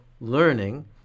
learning